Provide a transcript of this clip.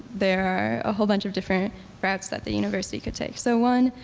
there are a whole bunch of different routes that the university could take. so one,